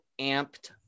amped